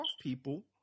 people